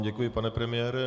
Děkuji, pane premiére.